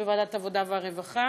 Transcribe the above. בוועדת העבודה והרווחה,